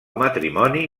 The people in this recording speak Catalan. matrimoni